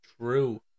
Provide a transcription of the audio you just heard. True